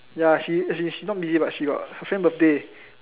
ya she she she not busy but she got friend birthday